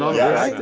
yeah.